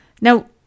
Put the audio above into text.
Now